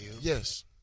Yes